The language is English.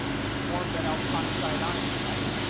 it formed that alkoxide ion, right?